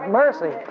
mercy